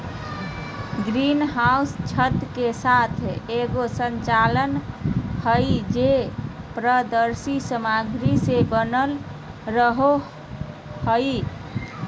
green house छत के साथ एगो संरचना हइ, जे पारदर्शी सामग्री से बनल रहो हइ